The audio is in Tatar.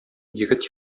егет